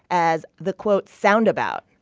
as the, quote, soundabout.